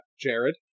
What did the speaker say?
Jared